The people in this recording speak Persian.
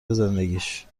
زندگیش